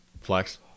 Flex